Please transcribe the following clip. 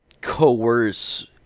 coerce